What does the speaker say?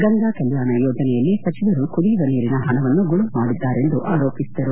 ಗಂಗಾ ಕಲ್ಲಾಣ ಯೋಜನೆಯಲ್ಲಿ ಸಚಿವರು ಕುಡಿಯುವ ನೀರಿನ ಹಣವನ್ನು ಗುಳುಂ ಮಾಡಿದ್ದಾರೆಂದು ಆರೋಪಿಸಿದರು